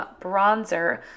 bronzer